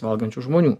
valgančių žmonių